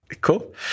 Cool